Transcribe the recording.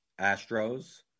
Astros